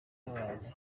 n’abantu